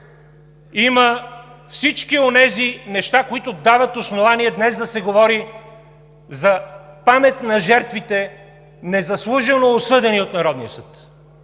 има всички онези неща, които дават основания днес да се говори за памет на жертвите, незаслужено осъдени от Народния съд.